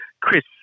Chris